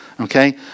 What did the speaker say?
Okay